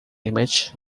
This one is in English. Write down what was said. image